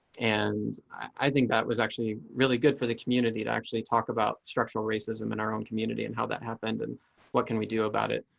and i think that was actually really good for the community to actually talk about structural racism in our own community and how that happened and what can we do about it.